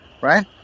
right